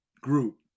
group